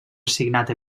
assignat